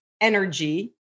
Energy